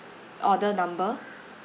order number